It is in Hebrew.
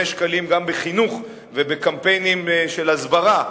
שקלים גם בחינוך ובקמפיינים של הסברה,